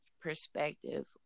perspective